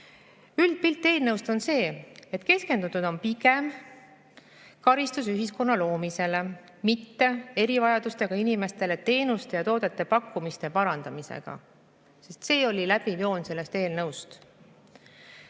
Üldpilt eelnõust on see, et keskendutud on pigem karistusühiskonna loomisele, mitte erivajadustega inimestele teenuste ja toodete pakkumise parandamisega. See oli läbiv joon selles eelnõus.